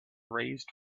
raised